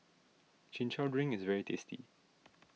Chin Chow Drink is very tasty